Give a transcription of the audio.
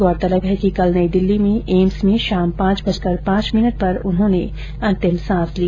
गौरतलब है कि कल नई दिल्ली में एम्स में शाम पांच बजकर पांच मिनट पर उन्होंने अंतिम सांस ली